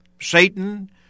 Satan